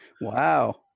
Wow